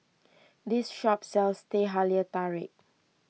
this shop sells Teh Halia Tarik